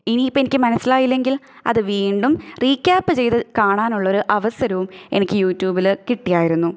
ഇനി ഇപ്പം എനിക്ക് മനസ്സിലായില്ലെങ്കിൽ അത് വീണ്ടും റീക്യാപ്പ് ചെയ്ത് കാണാനുള്ളൊരു അവസരവും എനിക്ക് യൂട്യൂബിൽ കിട്ടിയായിരുന്നു